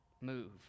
move